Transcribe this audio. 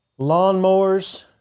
Lawnmowers